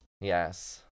Yes